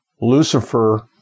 Lucifer